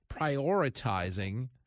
prioritizing